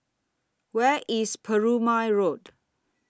Where IS Perumal Road